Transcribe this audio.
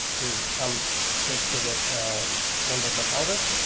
to come take to the ah members of congress.